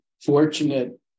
fortunate